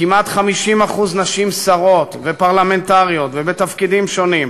כמעט 50% נשים שרות ופרלמנטריות ובתפקידים שונים.